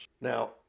Now